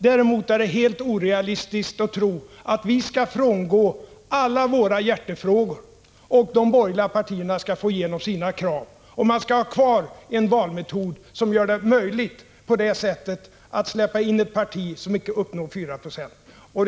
Däremot är det helt orealistiskt att tro att vi skall frångå alla våra hjärtefrågor och de borgerliga partierna få igenom sina krav och man skall ha kvar en valmetod som gör det möjligt att släppa in ett parti som icke uppnår 4 90.